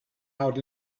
out